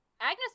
Agnes